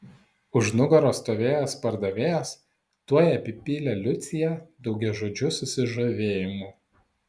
už nugaros stovėjęs pardavėjas tuoj apipylė liuciją daugiažodžiu susižavėjimu